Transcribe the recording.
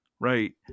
right